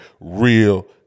real